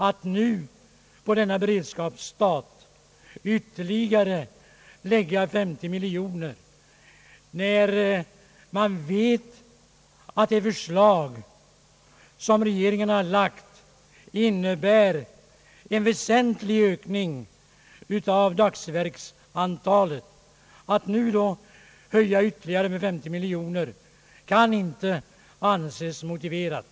Att nu lägga ytterligare 50 miljoner kronor på denna beredskapsstat när vi vet att regeringens förslag innebär en väsentlig ökning av dagsverksantalet, kan inte anses motiverat.